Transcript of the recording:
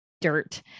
dirt